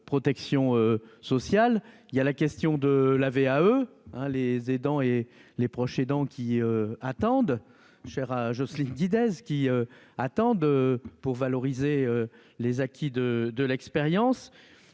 il y a la question de la VAE hein les aidants et les proches aidants qui attendent, cher à Jocelyne Guidez qui attendent pour valoriser les acquis de de l'expérience